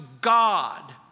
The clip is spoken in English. God